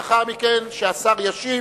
לאחר מכן, כשהשר ישיב,